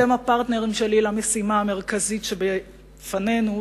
אתם הפרטנרים שלי למשימה המרכזית שלפנינו,